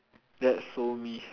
that's so me